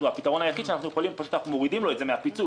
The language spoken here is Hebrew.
הפתרון היחיד זה פשוט להוריד את זה מהפיצוי,